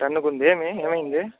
టెన్కు ఉంది ఏమి ఏమైంది